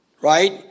right